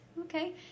Okay